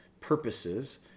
purposes